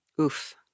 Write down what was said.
Oof